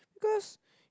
because